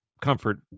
comfort